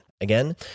Again